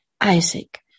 Isaac